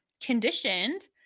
conditioned